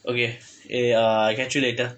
okay eh ah catch you later